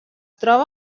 troba